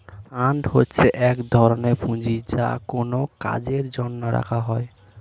fund হচ্ছে এক ধরনের পুঁজি যা কোনো কাজের জন্য রাখা হয়